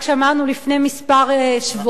שמענו רק לפני כמה שבועות,